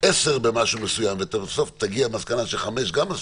עשר במשהו מסוים ובסוף תגיע למסקנה שחמש גם מספיק,